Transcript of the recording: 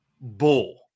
Bull